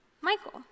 Michael